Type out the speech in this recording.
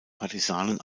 partisanen